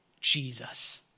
Jesus